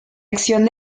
acción